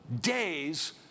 days